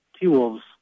T-Wolves